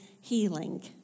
healing